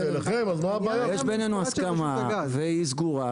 יש בינינו הסכמה והיא סגורה,